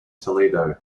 toledo